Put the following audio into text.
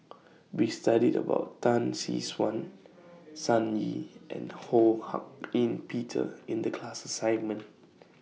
We studied about Tan Tee Suan Sun Yee and Ho Hak Ean Peter in The class assignment